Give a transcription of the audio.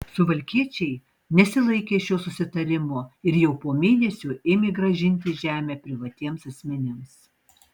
suvalkiečiai nesilaikė šio susitarimo ir jau po mėnesio ėmė grąžinti žemę privatiems asmenims